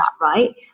right